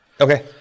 Okay